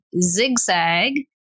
zigzag